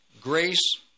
grace